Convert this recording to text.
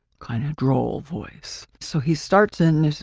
kind of droll voice. so, he starts in,